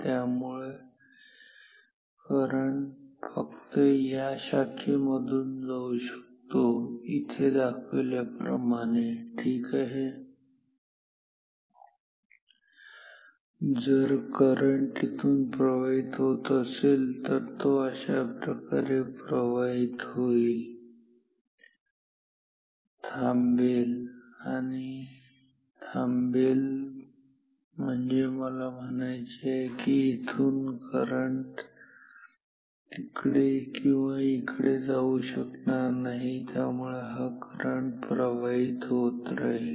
त्यामुळे करंट फक्त या शाखेमधून जाऊ शकतो इथे दाखविल्याप्रमाणे ठीक आहे जर करंट इथून प्रवाहित होत असेल तर तो अशाप्रकारे प्रवाहित होईल थांबेल आणि आणि थांबेल म्हणजे मला म्हणायचे आहे की येथून करंट तिकडे किंवा इकडे जाऊ शकणार नाही नाही त्यामुळे मुळे हा करंट प्रवाहीत होत राहील